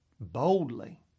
boldly